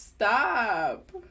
Stop